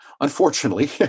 unfortunately